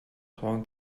gewoon